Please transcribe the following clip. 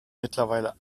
mittlerweile